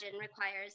requires